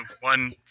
one